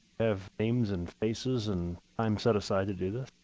have names and faces and time set aside to do this?